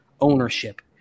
ownership